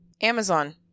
Amazon